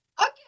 okay